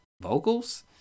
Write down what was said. Vocals